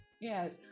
Yes